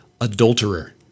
adulterer